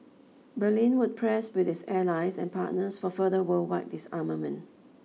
Berlin would press with its allies and partners for further worldwide disarmament